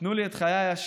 תנו לי את חיי השקטים